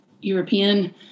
European